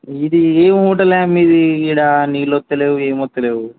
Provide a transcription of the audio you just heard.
ఇది ఎం హోటల్ ఇది ఇక్కడ నీళ్ళు వస్త లేవు ఏమి వస్త లేవు